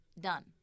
Done